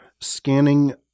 scanning